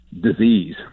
disease